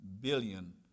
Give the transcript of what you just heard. billion